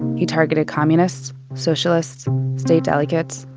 he targeted communists, socialists state delegates,